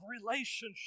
relationship